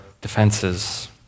defenses